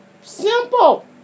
Simple